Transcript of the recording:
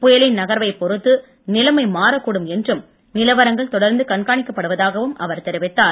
புயலின் நகர்வைப் பொறுத்து நிலைமை மாறக் கூடும் என்றும் நிலவரங்கள் தொடர்ந்து கண்காணிக்கப்படுவதாகவும் அவர் தெரிவித்தார்